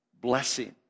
blessing